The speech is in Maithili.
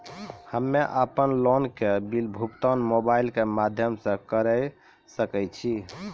हम्मे अपन लोन के बिल भुगतान मोबाइल के माध्यम से करऽ सके छी?